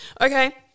Okay